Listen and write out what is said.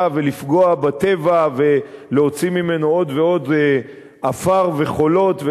ולפגוע בטבע ולהוציא ממנו עוד ועוד עפר וחולות,